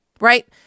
Right